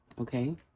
okay